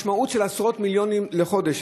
משמעות של עשרות מיליונים לחודש,